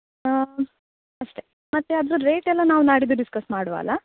ಆ ಅಷ್ಟೆ ಮತ್ತು ಅದ್ರ ರೇಟ್ ಎಲ್ಲ ನಾವು ನಾಡಿದ್ದು ಡಿಸ್ಕಸ್ ಮಾಡುವ ಅಲ್ಲಾ